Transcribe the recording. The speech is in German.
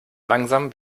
langsam